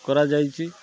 କରାଯାଇଛି